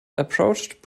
approached